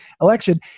election